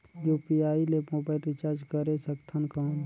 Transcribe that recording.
UPI ले mobile recharge करे सकथन कौन?